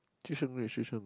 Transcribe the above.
Zhi-Sheng rich Zhi-Sheng